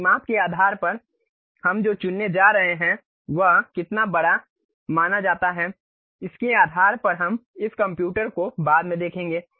परिमाप के आधार पर हम जो चुनने जा रहे हैं वह कितना बड़ा माना जाता है इसके आधार पर हम इस कंप्यूटर को बाद में देखेंगे